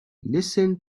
listen